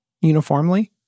uniformly